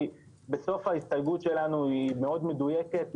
כי בסוף ההסתייגות שלו היא מאוד מדויקת,